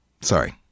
sorry